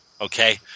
okay